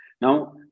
Now